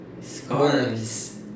Scars